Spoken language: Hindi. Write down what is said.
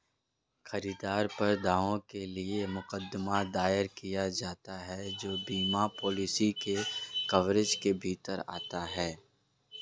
खरीदार पर दावों के लिए मुकदमा दायर किया जाता है जो बीमा पॉलिसी के कवरेज के भीतर आते हैं